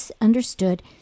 understood